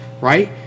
right